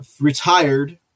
retired